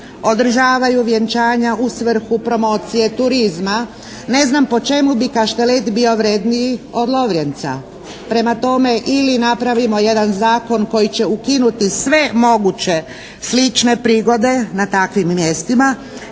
održavaju vjenčanja u svrhu promocije turizma, ne znam po čemu bi Kaštelet bio vrjedniji od Lovrijenca. Prema tome, ili napravimo jedan zakon koji će ukinuti sve moguće slične prigodne na takvim mjestima,